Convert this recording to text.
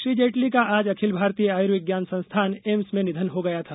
श्री जेटली का आज अखिल भारतीय आर्यविज्ञान संस्थान एम्स में निधन हो गया था